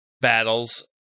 battles